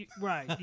Right